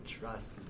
trust